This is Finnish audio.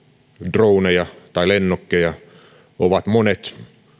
droneja tai lennokkeja ovat monet